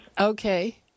Okay